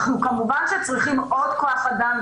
אנחנו כמובן שצריכים עוד כוח אדם,